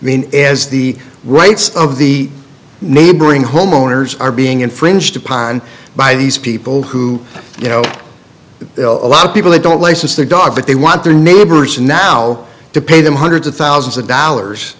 i mean is the rights of the neighboring homeowners are being infringed upon by these people who you know the a lot of people they don't license their dogs but they want their neighbors now to pay them hundreds of thousands of dollars